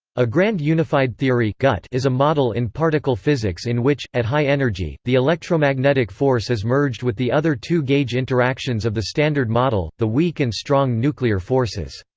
a grand unified theory is a model in particle physics in which, at high energy, the electromagnetic force is merged with the other two gauge interactions of the standard model, the weak and strong nuclear forces.